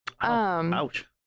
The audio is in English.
Ouch